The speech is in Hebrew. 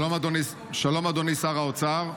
שלום, אדוני שר האוצר.